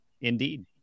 indeed